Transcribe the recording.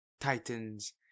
Titans